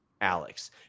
Alex